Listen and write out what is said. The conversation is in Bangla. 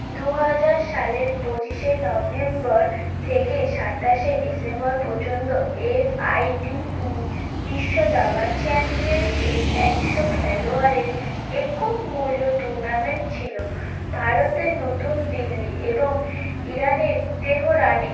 দু হাজার সালের পঁচিশে নভেম্বর থেকে সাতাশে ডিসেম্বর পযন্ত এফআইডিই বিশ্ব দাবা চ্যাম্পিয়নশিপ একশো খেলোয়াড়ের একক মূল্য টুর্নামেন্ট ছিলো ভারতের নতুন দিল্লি এবং ইরানের তেহরানে